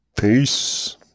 peace